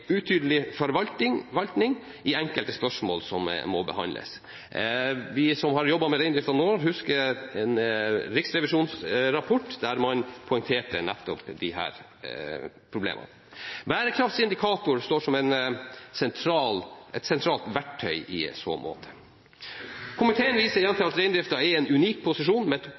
i enkelte spørsmål som må behandles. Vi som har jobbet med reindrift i noen år, husker en riksrevisjonsrapport der man poengterte nettopp disse problemene. Bærekraftsindikator står som et sentralt verktøy i så måte. Komiteen viser